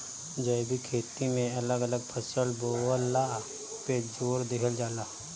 जैविक खेती में अलग अलग फसल बोअला पे जोर देहल जाला